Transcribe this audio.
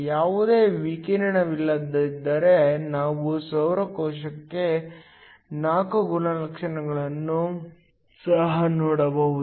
ಯಾವುದೇ ವಿಕಿರಣವಿಲ್ಲದಿದ್ದರೆ ನಾವು ಸೌರ ಕೋಶಕ್ಕೆ IV ಗುಣಲಕ್ಷಣವನ್ನು ಸಹ ಸೆಳೆಯಬಹುದು